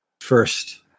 first